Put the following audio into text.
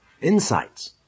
Insights